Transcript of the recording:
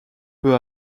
peu